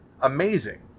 amazing